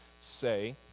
say